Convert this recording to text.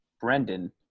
Brendan